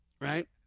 Right